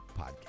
podcast